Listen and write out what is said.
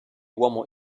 uomo